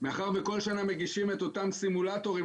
מאחר וכל שנה מגישים את אותם סימולטורים,